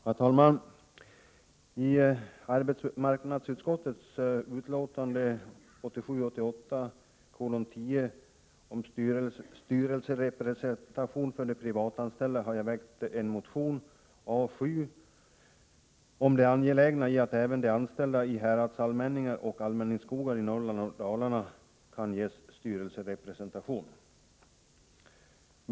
Herr talman! I arbetsmarknadsutskottets betänkande 1987/88:10 om styrelserepresentation för de privatanställda behandlas en av mig väckt motion, A7, om det angelägna i att även de anställda hos häradsallmänningar och allmänningsskogar i Norrland och Dalarna kan ges styrelserepresentation.